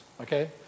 okay